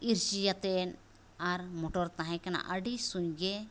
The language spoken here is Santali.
ᱤᱨᱪᱤᱟᱛᱮᱫ ᱟᱨ ᱢᱚᱴᱚᱨ ᱛᱟᱦᱮᱸᱠᱟᱱᱟ ᱟᱹᱰᱤ ᱥᱩᱭᱜᱮ